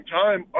time